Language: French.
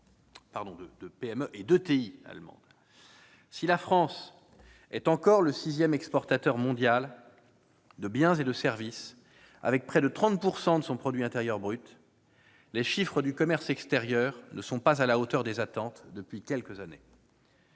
Si la France est encore le sixième exportateur mondial de biens et de services, pour un moment équivalent à près de 30 % de son produit intérieur brut, les chiffres du commerce extérieur ne sont pas à la hauteur des attentes depuis quelques années.